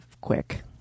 quick